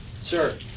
sir